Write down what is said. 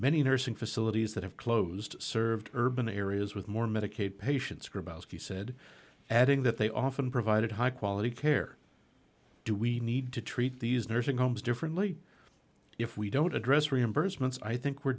many nursing facilities that have closed served urban areas with more medicaid patients grabowski said adding that they often provided high quality care do we need to treat these nursing homes differently if we don't address reimbursements i think we're